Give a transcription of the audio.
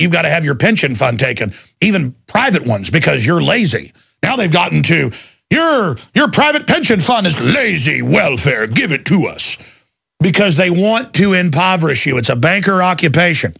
you've got to have your pension fund taken even private ones because you're lazy now they've gotten to your your private pension fund is the lazy welfare give it to us because they want to impoverish you it's a banker occupation